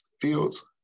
fields